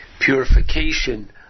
purification